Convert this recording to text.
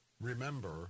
remember